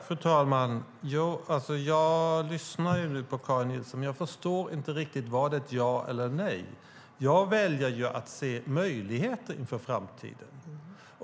Fru talman! Jag lyssnade på Karin Nilsson men förstår inte riktigt om det var ett ja eller ett nej. Jag väljer att se möjligheter inför framtiden.